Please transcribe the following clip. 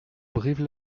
brive